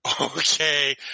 okay